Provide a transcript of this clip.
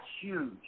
huge